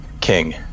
King